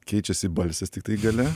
keičiasi balsės tiktai gale